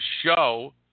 show –